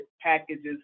packages